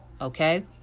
Okay